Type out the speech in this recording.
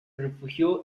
refugió